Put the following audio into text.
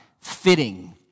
fitting